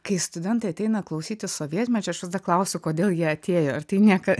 kai studentai ateina klausytis sovietmečio aš vis dar klausiu kodėl jie atėjo ar tai nieka